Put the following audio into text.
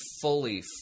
fully